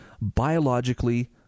Biologically